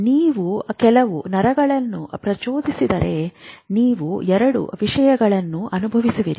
ನೀವು ಕೆಲವು ನರಗಳನ್ನು ಪ್ರಚೋದಿಸಿದರೆ ನೀವು ಎರಡು ವಿಷಯಗಳನ್ನು ಅನುಭವಿಸುವಿರಿ